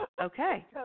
Okay